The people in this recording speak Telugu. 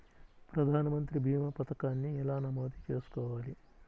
ప్రధాన మంత్రి భీమా పతకాన్ని ఎలా నమోదు చేసుకోవాలి?